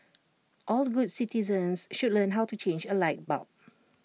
all good citizens should learn how to change A light bulb